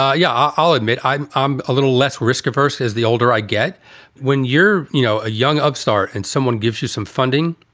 ah yeah, i'll admit i'm i'm a little less risk averse as the older i get when you're, you know, a young upstart and someone gives you some funding.